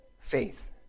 faith